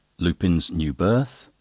lupin's new berth.